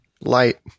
light